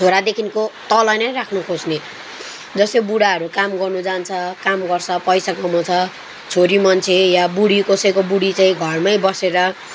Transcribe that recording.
छोरादेखिको तल नै राख्नु खोज्ने जस्तै बुढाहरू काम गर्नु जान्छ काम गर्छ पैसा कमाउँछ छोरी मान्छे या बुढी कसैको बुढी चाहिँ घरमै बसेर